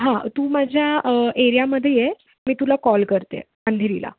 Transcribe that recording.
हां तू माझ्या एरियामध्ये ये मी तुला कॉल करते अंधेरीला